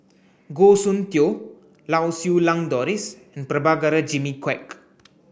Goh Soon Tioe Lau Siew Lang Doris and Prabhakara Jimmy Quek